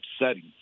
upsetting